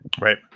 Right